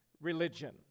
religion